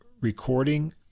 recording